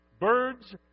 birds